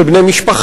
של בני משפחה,